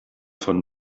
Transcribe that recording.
von